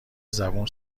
زبون